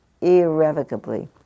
irrevocably